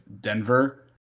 Denver